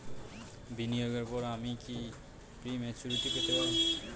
বিনিয়োগের পর আমি কি প্রিম্যচুরিটি পেতে পারি?